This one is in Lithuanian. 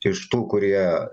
iš tų kurie